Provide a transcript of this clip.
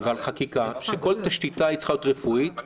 מדובר בהחלטות פוליטיות פרופר.